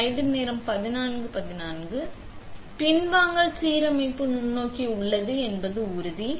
இப்போது நாம் இந்த விஷயம் பின்வாங்கல் சீரமைப்பு நுண்ணோக்கி உள்ளது என்று உறுதி